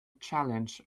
challenge